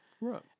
right